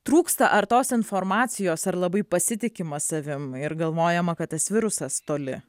trūksta ar tos informacijos ar labai pasitikima savim ir galvojama kad tas virusas toli